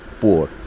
poor